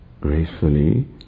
gracefully